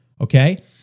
okay